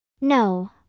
No